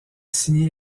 signé